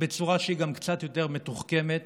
בצורה שהיא קצת יותר מתוחכמת